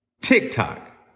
TikTok